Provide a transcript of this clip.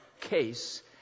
case